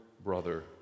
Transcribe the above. brother